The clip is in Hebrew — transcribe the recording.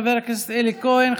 חבר הכנסת אלי כהן,